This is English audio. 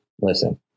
Listen